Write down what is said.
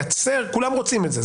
לייצר כולם רוצים את זה.